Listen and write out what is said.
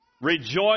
Rejoice